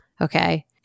okay